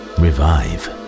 revive